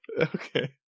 Okay